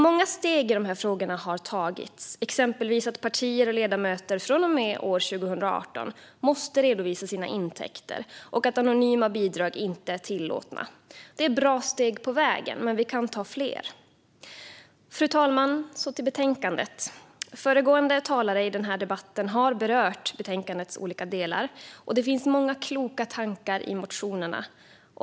Många steg i dessa frågor har tagits, exempelvis att partier och ledamöter från och med år 2018 måste redovisa sina intäkter och att anonyma bidrag inte är tillåtna. Det är bra steg på vägen, men vi kan ta fler. Fru talman! Nu ska jag gå över till betänkandet. Föregående talare i den här debatten har berört betänkandets olika delar. Det finns många kloka tankar i motionerna.